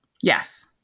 Yes